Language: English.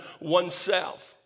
oneself